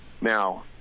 Now